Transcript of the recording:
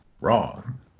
wrong